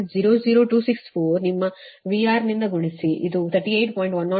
104 ಕೋನ 0 ಡಿಗ್ರಿ ಮತ್ತು Z ನ ಒಳಗೆ IR